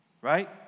right